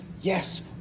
yes